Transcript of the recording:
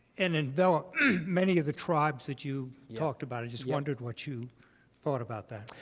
and envelope many of the tribes that you you talked about, i just wondered what you thought about that.